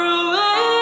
away